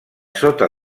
sota